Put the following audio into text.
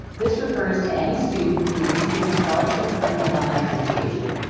this refers to any student who receives a scholarship from the alumni association.